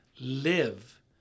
live